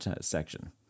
section